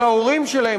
או להורים שלהם,